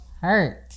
hurt